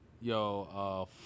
Yo